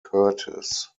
curtiss